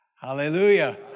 Hallelujah